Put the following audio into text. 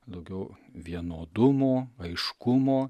daugiau vienodumo aiškumo